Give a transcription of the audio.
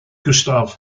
gustav